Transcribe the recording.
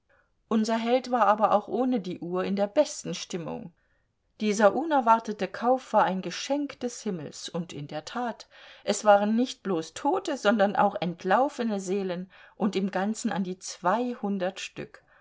unser held war aber auch ohne die uhr in der besten stimmung dieser unerwartete kauf war ein geschenk des himmels und in der tat es waren nicht bloß tote sondern auch entlaufene seelen und im ganzen an die zweihundert stück